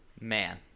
Man